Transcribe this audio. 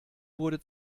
wurde